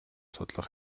судлах